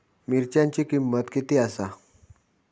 मिरच्यांची किंमत किती आसा?